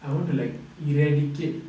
I want to like eradicate